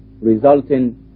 resulting